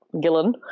Gillen